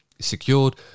secured